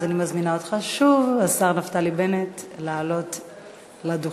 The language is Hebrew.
אני מזמינה אותך שוב, השר נפתלי בנט, לעלות לדוכן.